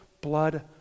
blood